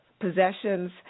possessions